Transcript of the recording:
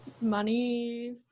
money